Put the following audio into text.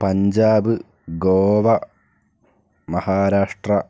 Punjab Goa Maharashtra